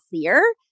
clear